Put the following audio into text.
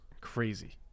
Crazy